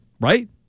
right